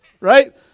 Right